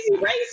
race